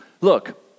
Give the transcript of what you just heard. Look